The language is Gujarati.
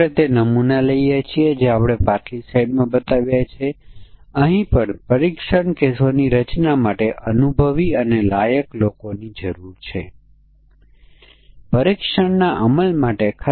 આપણે એવી સંખ્યા પણ શામેલ કરવી પડશે જે નીચલા બાઉન્ડ કરતા ઓછા છે જે 2 છે અને ઉપરના બાઉન્ડથી નજીક અને તેનાથી ઓછી છે જે 9 છે અને સામાન્ય મૂલ્ય જે 0 છે